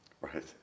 Right